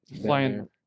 Flying